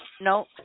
No